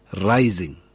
rising